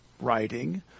writing